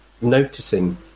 noticing